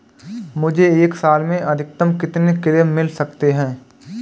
मुझे एक साल में अधिकतम कितने क्लेम मिल सकते हैं?